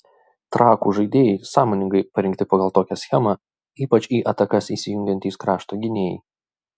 trakų žaidėjai sąmoningai parinkti pagal tokią schemą ypač į atakas įsijungiantys krašto gynėjai